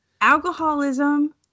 alcoholism